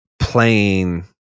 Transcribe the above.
playing